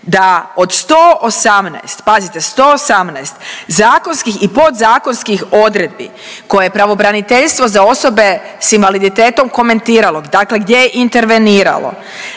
da od 118, pazite 118 zakonskih i podzakonskih odredbi koje pravobraniteljstvo za osobe s invaliditetom komentiralo, dakle gdje je interveniralo,